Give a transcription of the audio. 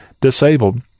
disabled